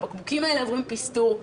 הבקבוקים עוברים פיסטור,